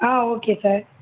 ah okay sir